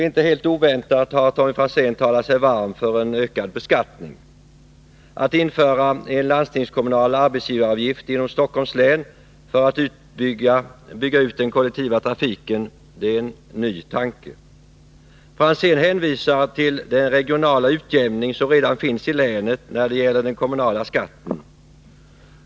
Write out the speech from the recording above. Inte helt oväntat har Tommy Franzén talat sig varm för en ökad beskattning. Att införa en landstingskommunal arbetsgivaravgift inom Stockholms län för att bygga ut den kollektiva trafiken är en ny tanke. Herr Franzén hänvisar till den regionala utjämning som redan finns i länet när det gäller den kommunala skatten.